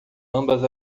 ambas